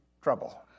trouble